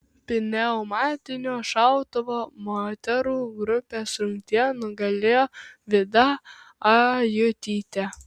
pneumatinio šautuvo moterų grupės rungtyje nugalėjo vida ajutytė